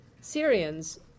Syrians